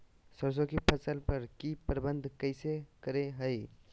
सरसों की फसल पर की प्रबंधन कैसे करें हैय?